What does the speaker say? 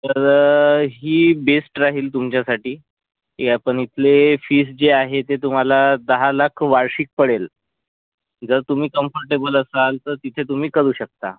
तर ही बेस्ट राहील तुमच्यासाठी ते आपण इथले फीस जे आहे ते तुम्हाला दहा लाख वार्षिक पडेल जर तुम्ही कम्फर्टेबल असाल तर तिथे तुम्ही करू शकता